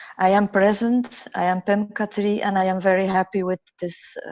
i am present, i am pim catry and i am very happy with this.